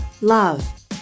love